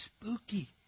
spooky